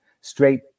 straight